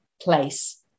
place